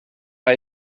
hij